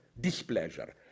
displeasure